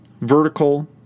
vertical